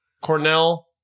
Cornell